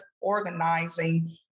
organizing